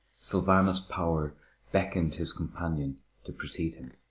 sylvanus power beckoned his companion to precede him.